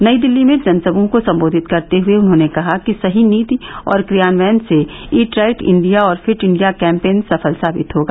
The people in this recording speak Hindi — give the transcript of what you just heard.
नई दिल्ली में जनसमूह को संबोधित करते हुए उन्होंने कहा कि सही नीति और क्रियान्वयन से ईट राइट इंडिया और फिट इंडिया कैम्पेन सफल साबित होगा